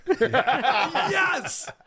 Yes